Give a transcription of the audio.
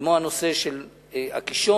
כמו הנושא של הקישון,